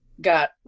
got